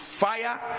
fire